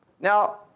Now